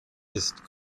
ist